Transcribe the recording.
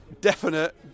definite